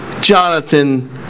Jonathan